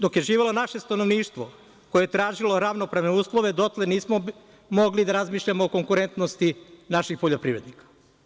Dok je živelo naše stanovništvo koje je tražilo ravnopravne uslove, dotle nismo mogli da razmišljamo o konkurentnosti naših poljoprivrednika.